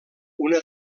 una